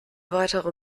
weitere